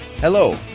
Hello